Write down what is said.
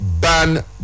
ban